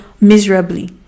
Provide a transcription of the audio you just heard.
miserably